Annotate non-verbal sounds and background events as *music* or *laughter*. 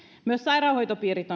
myös sairaanhoitopiirit *unintelligible*